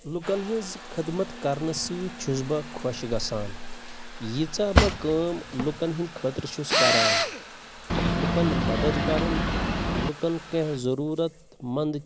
لوٗکَن ہٕنٛز خدمت کَرنہٕ سۭتۍ چھُس بہٕ خۄش گژھان ییٖژاہ بہٕ کٲم لوٗکَن ہٕنٛدِ خٲطرٕ چھُس کَران لوٗکَن مَدد کَرُن لوٗکَن کیٚنٛہہ ضروٗرت مَنٛد